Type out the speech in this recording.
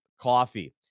Coffee